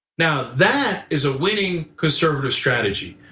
now that is a winning conservative strategy.